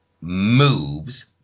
moves